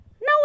No